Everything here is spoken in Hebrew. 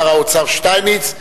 בשם האופוזיציה,